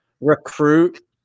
recruit